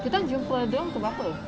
kita orang jumpa dia orang pukul berapa